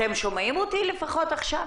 כן, עכשיו.